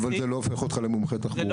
אבל זה לא הופך אותך למומחה תחבורה.